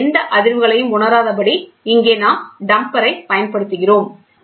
ஆனால் எந்த அதிர்வுகளையும் உணராதபடி இங்கே நாம் டம்பரைப் பயன்படுத்துகிறோம்